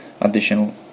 additional